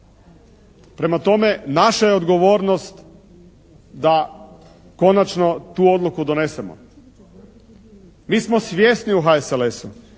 Prema tome, naša je odgovornost da konačno tu odluku donesemo. Mi smo svjesni u HSLS-u